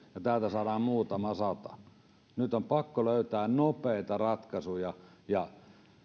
täältä saadaan muutama sata nyt on pakko löytää nopeita ratkaisuja ja